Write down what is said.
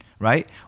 right